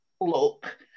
look